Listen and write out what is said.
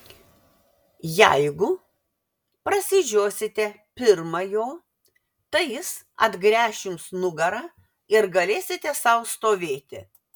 jeigu prasižiosite pirma jo tai jis atgręš jums nugarą ir galėsite sau stovėti